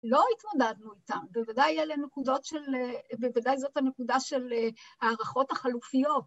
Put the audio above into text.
לא התמודדנו איתם, בוודאי אלה נקודות של אה... בוודאי זאת הנקודה של ההערכות החלופיות.